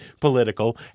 political